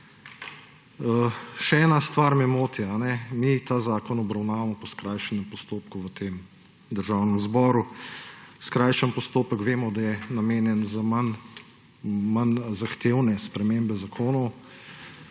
Še ena stvar me moti. Mi ta zakon obravnavamo po skrajšanem postopku v tem državnem zboru. Skrajšani postopek, vemo, da je namenjen za manj zahtevne spremembe zakonov,